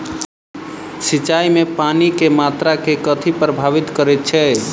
सिंचाई मे पानि केँ मात्रा केँ कथी प्रभावित करैत छै?